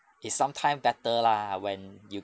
it's some time better lah when you